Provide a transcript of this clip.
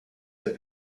have